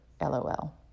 LOL